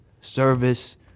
service